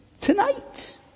tonight